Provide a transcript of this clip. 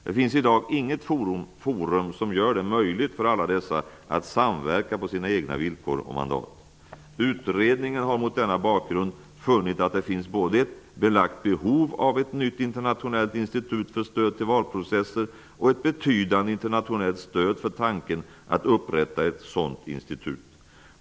Det finns i dag inget forum som gör det möjligt för alla dessa att samverka på sina egna villkor och mandat. Utredningen har mot denna bakgrund funnit att det finns både ett belagt behov av ett nytt internationellt institut för stöd till valprocesser och ett betydande internationellt stöd för tanken att upprätta ett sådant institut.